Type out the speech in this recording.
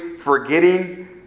forgetting